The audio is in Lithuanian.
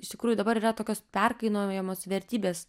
iš tikrųjų dabar yra tokios perkainojamos vertybės